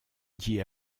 dit